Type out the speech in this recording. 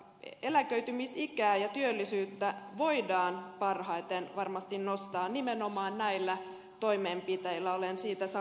eläköitymisikää ja työllisyyttä voidaan parhaiten varmasti nostaa nimenomaan näillä toimenpiteillä olen siitä samaa mieltä